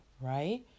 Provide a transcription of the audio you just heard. right